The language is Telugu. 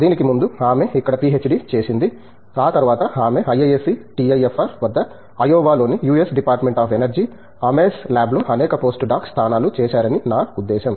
దీనికి ముందు ఆమె ఇక్కడ పిహెచ్డి చేసింది ఆ తర్వాత ఆమె ఐఐఎస్సి టిఐఎఫ్ఆర్ వద్ద అయోవాలోని US Department of Energy Ames ల్యాబ్లో అనేక పోస్ట్ డాక్ స్థానాలు చేశారని నా ఉద్దేశ్యం